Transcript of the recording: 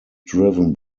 driven